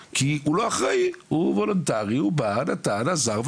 כולל כלל חברי הכנסת שחברים בה,